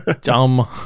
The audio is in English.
Dumb